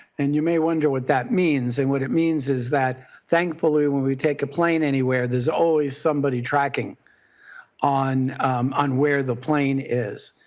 and you may wonder what that means. and what it means is that thankfully when we take a plane anywhere, there is always somebody tracking on on where the plane is.